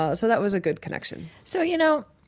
ah so that was a good connection so, you know,